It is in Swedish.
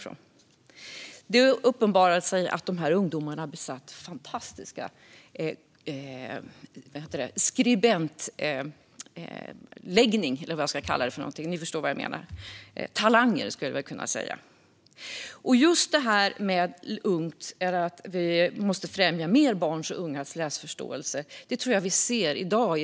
Det blev uppenbart att dessa ungdomar besatt fantastiska talanger för att bli skribenter. Vi måste främja läsförståelse hos fler barn och unga.